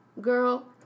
Girl